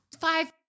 five